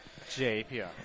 JPR